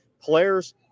players